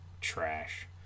trash